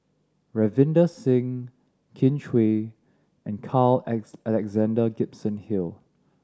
Ravinder Singh Kin Chui and Carl Alex Alexander Gibson Hill